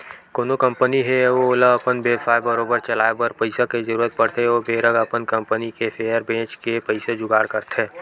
कोनो कंपनी हे अउ ओला अपन बेवसाय बरोबर चलाए बर पइसा के जरुरत पड़थे ओ बेरा अपन कंपनी के सेयर बेंच के पइसा जुगाड़ करथे